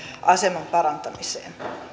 aseman parantamiseen